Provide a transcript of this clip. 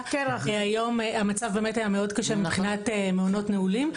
--- המצב מאוד קשה מבחינת מעונות נעולים.